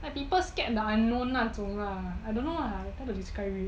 like people scared the unknown 那种啊 I don't know very hard to describe it